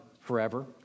forever